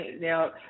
Now